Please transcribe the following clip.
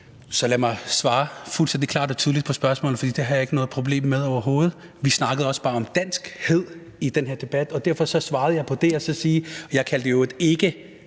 Så lad mig svare fuldstændig klart og tydeligt på spørgsmålet, for det har jeg ikke noget problem med overhovedet. Vi snakkede også bare om danskhed i den her debat, og derfor svarede jeg på det. Og så vil jeg sige, at jeg i